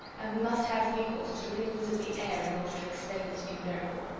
and we must have recourse to the wings of the air in order to explain this new miracle.